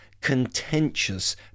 contentious